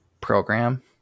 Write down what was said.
program